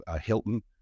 Hilton